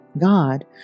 God